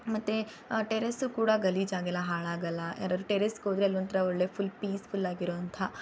ಮತ್ತು ಆ ಟೆರೇಸು ಕೂಡ ಗಲೀಜಾಗೆಲ್ಲ ಹಾಳಾಗಲ್ಲ ಯಾರಾದ್ರು ಟೆರೇಸಿಗೋದ್ರೆ ಅಲ್ಲೊಂಥರ ಒಳ್ಳೆಯ ಫುಲ್ ಪೀಸ್ಫುಲ್ಲಾಗಿರೋವಂಥ